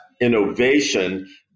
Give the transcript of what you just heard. innovation